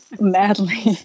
madly